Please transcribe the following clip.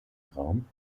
raum